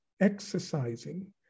exercising